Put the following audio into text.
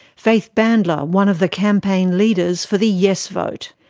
faith bandler, one of the campaign leaders for the yes vote.